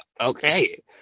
okay